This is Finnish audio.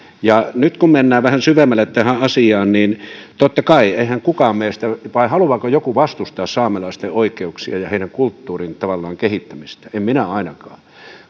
nyt kun mennään vähän syvemmälle tähän asiaan niin totta kai eihän kukaan meistä halua vai haluaako joku vastustaa saamelaisten oikeuksia ja ja heidän kulttuurinsa tavallaan kehittämistä en minä ainakaan